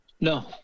no